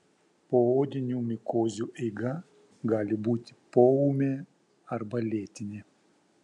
poodinių mikozių eiga gali būti poūmė arba lėtinė